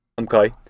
okay